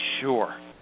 Sure